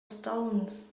stones